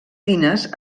tines